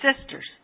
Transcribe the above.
sisters